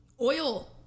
oil